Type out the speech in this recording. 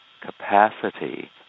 capacity